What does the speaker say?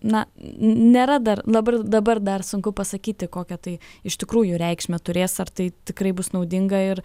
na nėra dar dabar dabar dar sunku pasakyti kokią tai iš tikrųjų reikšmę turės ar tai tikrai bus naudinga ir